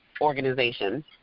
organization